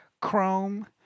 Chrome